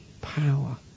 power